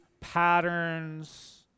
patterns